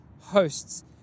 hosts